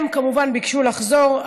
הם כמובן ביקשו לחזור,